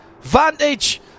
vantage